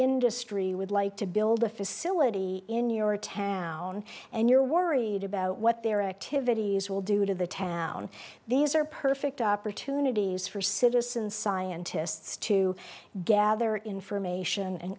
industry would like to build a facility in your town and you're worried about what their activities will do to the task on these are perfect opportunities for citizen scientists to gather information and